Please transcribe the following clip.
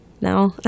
now